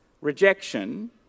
rejection